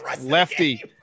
Lefty